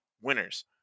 winners